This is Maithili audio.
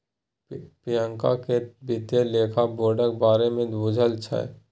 प्रियंका केँ बित्तीय लेखा बोर्डक बारे मे बुझल छै